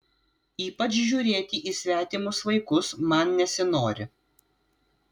ypač žiūrėti į svetimus vaikus man nesinori